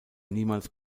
niemals